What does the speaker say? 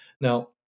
Now